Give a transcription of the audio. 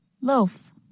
Loaf